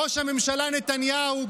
ראש הממשלה נתניהו,